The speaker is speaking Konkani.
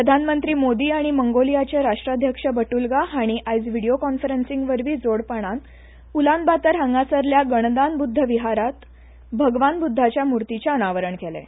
प्रधानमंत्री मोदी आनी मंगोलियाचे राष्ट्राध्यक्ष बट्रल्गा हांणी आयज व्हिडियो कॉन्फरसींगाा वरवीं जोडपणान उलानबातर हांगागसरल्या गणदान बुद्ध विहारात भगवान बुद्धाच्या मुर्तीचें अनावरण केलें